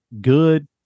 good